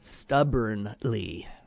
stubbornly